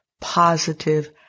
positive